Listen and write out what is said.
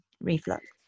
Reflux